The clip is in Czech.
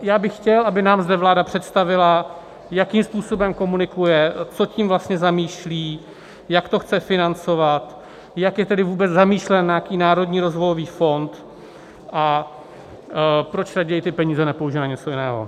Já bych chtěl, aby nám zde vláda představila, jakým způsobem komunikuje, co tím vlastně zamýšlí, jak to chce financovat, jak je tedy vůbec zamýšleno, na jaký národní rozvojový fond a proč raději ty peníze nepoužije na něco jiného.